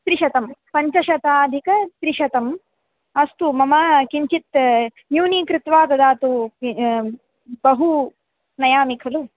त्रिशतं पञ्चशताधिकत्रिशतम् अस्तु मम किञ्चित् न्यूनीकृत्वा ददातु बहु नयामि खलु